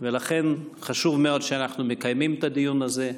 ולכן, חשוב מאוד שאנחנו מקיימים את הדיון הזה.